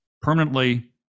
permanently